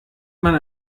man